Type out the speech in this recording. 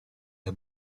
mia